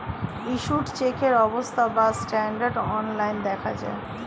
issued চেকের অবস্থা বা স্ট্যাটাস অনলাইন দেখা যায়